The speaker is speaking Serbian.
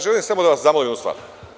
Želim samo da vas zamolim jednu stvar.